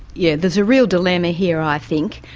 yes, there's a real dilemma here, i think.